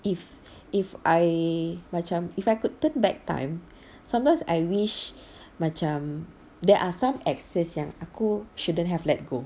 if if I macam if I could turn back time sometimes I wish macam there are some exes yang aku shouldn't have let go